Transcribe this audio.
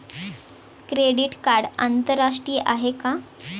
Credit card आंतरराष्ट्रीय आहे का?